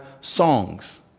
songs